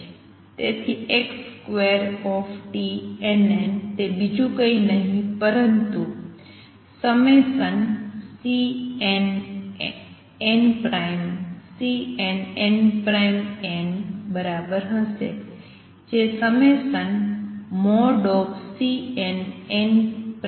તેથી x2tnn તે બીજું કંઇ જ નહીં પરંતુ ∑CnnCnn બરાબર હશે જે ∑|Cnn |2 છે